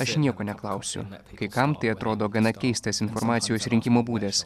aš nieko neklausiu kai kam tai atrodo gana keistas informacijos rinkimo būdas